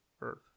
earth